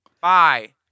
Bye